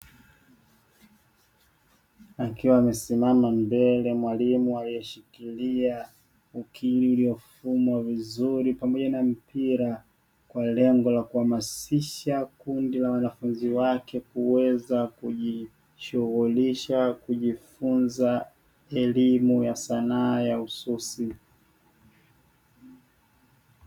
Akiwa amesimama mbele mwalimu aliyeshikilia ukili uliofumwa vizuri pamoja na mpira. Kwa lengo la kuhamasisha kundi la wanafunzi wake kuweza kujishughulisha, kujifunza elimu ya sanaa ya ususi.